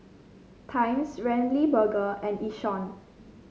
Times Ramly Burger and Yishion